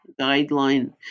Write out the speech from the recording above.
guideline